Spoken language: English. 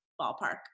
ballpark